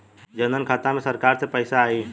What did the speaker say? जनधन खाता मे सरकार से पैसा आई?